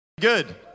Good